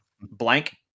blank